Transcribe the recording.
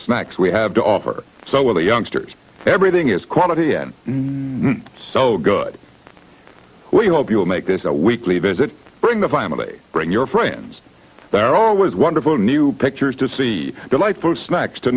snacks we have to offer so will the youngsters everything is quality and so good we hope you will make this a weekly visit bring the family bring your friends there are always wonderful new pictures to see the light food snacks to